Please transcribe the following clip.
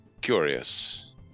curious